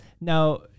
Now